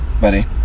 buddy